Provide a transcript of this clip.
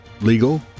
legal